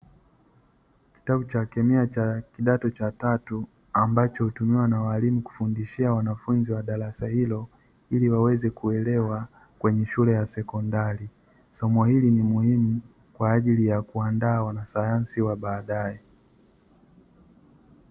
Kitabu cha kemia cha kidato cha tatu ambacho hutumiwa na walimu kufundishia wanafunzi wa darasa hilo ili waweze kuelewa kwenye shule ya sekondari. Somo hili ni muhimu kwa ajili ya kuandaa wanasayansi wa baadaye.